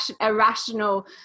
Irrational